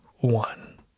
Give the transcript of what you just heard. one